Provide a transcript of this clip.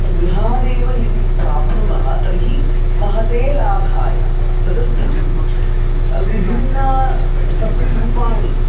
गृहादेव यदि प्राप्नुमः तर्हि महते लाभाय तदर्थं विभिन्नानि सस्यरूपाणि